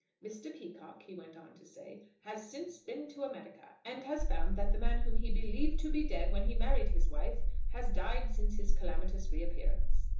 mr. peacocke, he went on to say, has since been to america, and has found that the man whom he believed to be dead when he married his wife, has died since his calamitous reappearance.